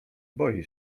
boi